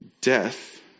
Death